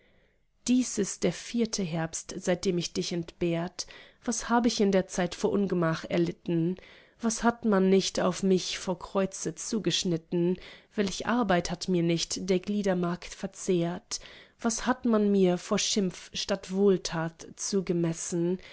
dies ist der vierte herbst seitdem ich dich entbehrt was hab ich in der zeit vor ungemach erlitten was hat man nicht auf mich vor kreuze zugeschnitten welch arbeit hat mir nicht der glieder mark verzehrt was hat man mir vor schimpf statt wohltat zugemessen